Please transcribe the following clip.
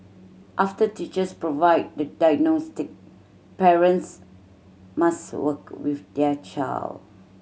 after teachers provide the diagnostic parents must work with their child